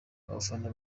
abafana